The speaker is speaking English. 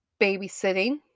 babysitting